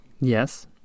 yes